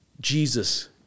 Jesus